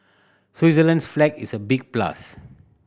Switzerland's flag is a big plus